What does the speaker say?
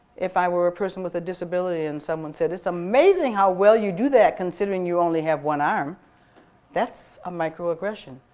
if i were were a person with a disability and someone said it's amazing how well you do that, considering you only have one arm that's a microaggression.